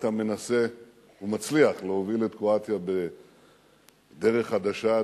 אתה מנסה ומצליח להוביל את קרואטיה בדרך חדשה,